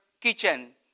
kitchen